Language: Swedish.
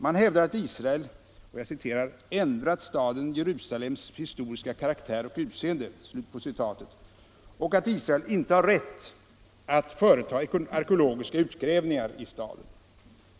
Man hävdar att Israel ”ändrat staden Jerusalems historiska karaktär och utseende” och att Israel inte har rätt att företa arkeologiska utgrävningar i staden.